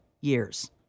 years